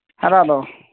ହରେଇ ଦବ